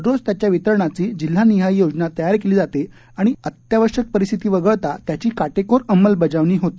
दररोज त्याच्या वितरणाची जिल्हानिहाय योजना तयार केली जाते आणि अत्यावश्यक परिस्थिती वगळता त्याची काटेकोर अंमलबजावणी होते